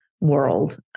world